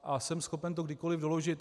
A jsem schopen to kdykoli doložit.